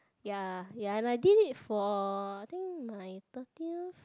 ya and I did it for I think my thirtieth